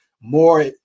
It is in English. More